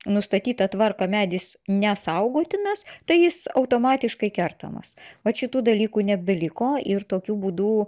nustatytą tvarką medis nesaugotinas tai jis automatiškai kertamas vat šitų dalykų nebeliko ir tokiu būdu